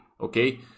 okay